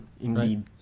Indeed